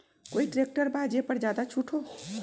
कोइ ट्रैक्टर बा जे पर ज्यादा छूट हो?